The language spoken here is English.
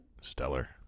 Stellar